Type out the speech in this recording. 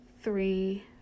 three